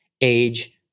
age